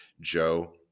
Joe